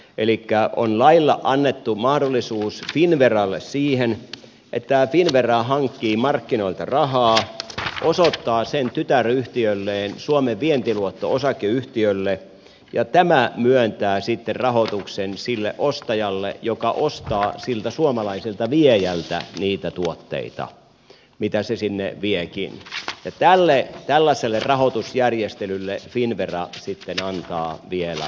elikkä on lailla annettu mahdollisuus finnveralle siihen että finnvera hankkii markkinoilta rahaa osoittaa sen tytäryhtiölleen suomen vientiluotto oylle ja tämä myöntää sitten rahoituksen sille ostajalle joka ostaa siltä suomalaiselta viejältä niitä tuotteita mitä se sinne viekin ja tällaiselle rahoitusjärjestelylle finnvera sitten antaa vielä takauksen